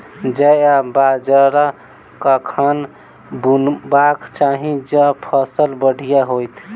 जौ आ बाजरा कखन बुनबाक चाहि जँ फसल बढ़िया होइत?